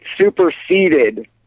superseded